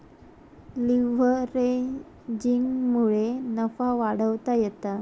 लीव्हरेजिंगमुळे नफा वाढवता येता